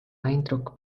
eindruck